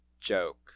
joke